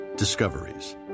Discoveries